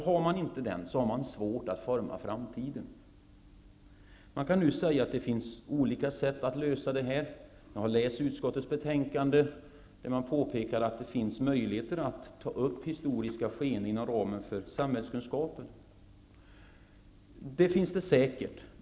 Har man inte den, har man svårt att forma framtiden. Man kan säga att det finns olika sätt att lösa detta på. Jag har läst utskottets betänkade. Där påpekas att det finns möjligheter att ta upp historiska skeenden inom ramen för samhällskunskap. Det gör det säkert.